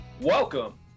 Welcome